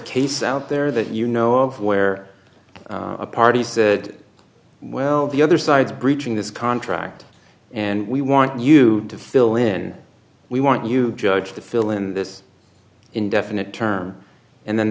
case out there that you know of where a party said well the other side's breaching this contract and we want you to fill in we want you judge to fill in this indefinite term and then